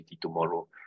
tomorrow